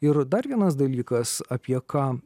ir dar vienas dalykas apie ką